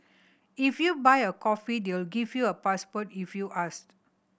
if you buy a coffee they'll give you a password if you ask